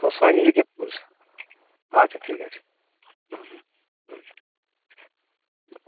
সব সময় নিজেকে পরিষ্কার আচ্ছা ঠিক আছে হুম হুম হুম